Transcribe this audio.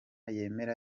yemera